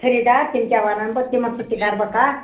خٔریٖدار تِم کیاہ وَنن مےٚ تِمن سۭتۍ تہِ کرٕ بہٕ کَتھ